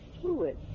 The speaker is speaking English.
fluid